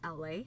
LA